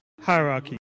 hierarchy